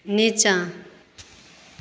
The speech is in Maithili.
नीचाँ